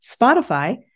Spotify